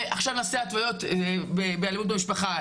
ועכשיו נעשה התוויות באלימות במשפחה.